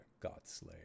Godslayer